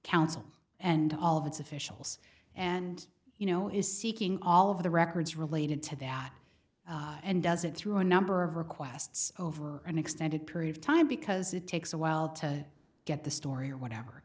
council and all of its officials and you know is seeking all of the records related to that and does it through a number of requests over an extended period of time because it takes a while to get the story or whatever